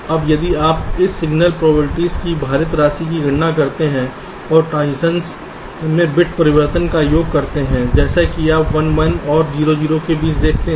अब यदि आप इस सिग्नल प्रोबबिलिटीज़ की भारित राशि की गणना करते हैं और ट्रांजीशनश में बिट परिवर्तन का योग करते हैं जैसे कि आप 1 1 और 0 0 के बीच देखते हैं